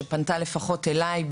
לפחות אלי,